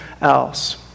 else